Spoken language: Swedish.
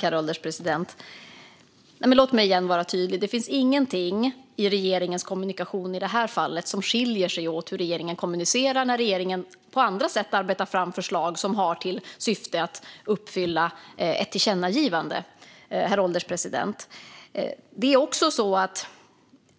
Herr ålderspresident! Låt mig åter vara tydlig. Det finns inget i regeringens kommunikation i detta fall som skiljer sig från hur regeringen kommunicerar när regeringen på andra sätt arbetar fram förslag som har till syfte att uppfylla ett tillkännagivande.